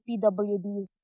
PWDs